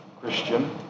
Christian